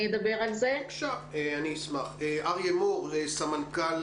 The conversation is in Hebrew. אני סמנכ"ל